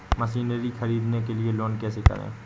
Machinery ख़रीदने के लिए लोन कैसे करें?